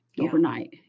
Overnight